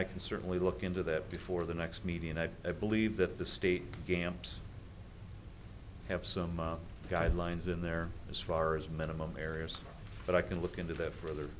i can certainly look into that before the next meeting and i believe that the state dams have some guidelines in there as far as minimum barriers but i can look into that further